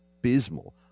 abysmal